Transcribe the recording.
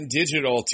digital